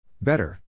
Better